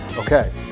Okay